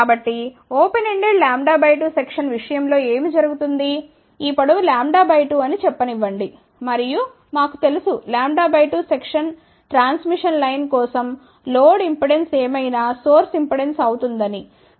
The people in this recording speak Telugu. కాబట్టి ఓపెన్ ఎండెడ్ λ 2 సెక్షన్ విషయం లో ఏమి జరుగుతుంది ఈ పొడవు λ 2అని చెప్పనివ్వండి మరియు మాకు తెలుసు λ 2 సెక్షన్ ట్రాన్స్ మిషన్ లైన్ కోసం లోడ్ ఇంపెడెన్స్ ఏమైనా సోర్స్ ఇంపెడెన్స్ అవుతుందని మనకి తెలుసు